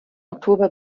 oktober